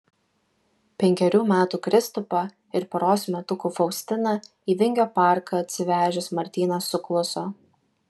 penkerių metų kristupą ir poros metukų faustiną į vingio parką atsivežęs martynas sukluso